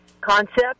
concept